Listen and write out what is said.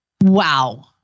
Wow